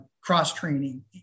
cross-training